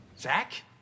Zach